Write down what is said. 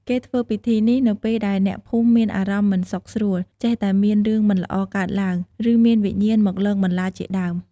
គេធ្វើពិធីនេះ នៅពេលដែលអ្នកភូមិមានអារម្មណ៍មិនសុខស្រួល ចេះតែមានរឿងមិនល្អកើតឡើង ឬមានវិញ្ញាណមកលងបន្លាចជាដើម។